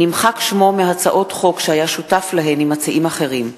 נמחק שמו מהצעות חוק שהיה שותף להן עם מציעים אחרים.